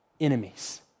enemies